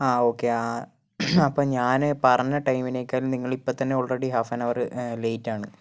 ആ ഓക്കെ ആ അപ്പോൾ ഞാന് പറഞ്ഞ ടൈമിനേക്കാളും നിങ്ങളിപ്പോൾ തന്നെ ഓൾറെഡി ഹാഫ് ആൻ അവറ് ലേറ്റാണ്